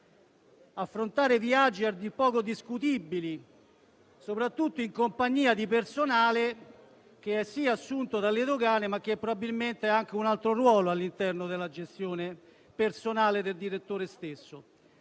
e viaggi a dir poco discutibili, soprattutto in compagnia di personale che è sì assunto dall'Agenzia, ma che probabilmente ha anche un altro ruolo all'interno della gestione personale del direttore stesso.